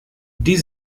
die